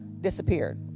disappeared